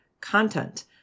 content